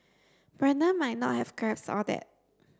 Brandon might not have grasped all that